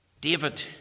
David